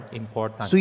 important